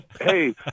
Hey